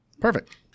Perfect